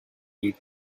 read